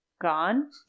gone